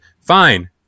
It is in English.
Fine